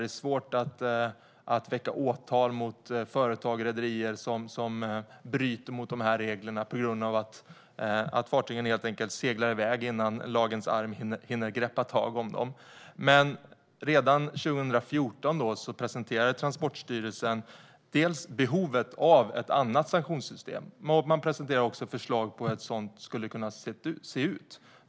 Det är svårt att väcka åtal mot företag och rederier som bryter mot de här reglerna, eftersom fartygen helt enkelt seglar iväg innan lagens arm hinner greppa tag om dem. Men redan 2014 presenterade Transportstyrelsen behovet av ett annat sanktionssystem. Man presenterade också förslag på hur ett sådant skulle kunna se ut.